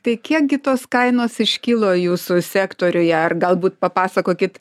tai kiekgi tos kainos iškilo jūsų sektoriuje ar galbūt papasakokit